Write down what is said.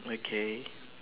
okay